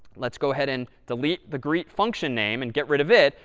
let's go ahead and delete the greet function name and get rid of it.